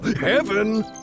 Heaven